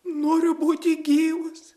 noriu būti gyvas